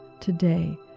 today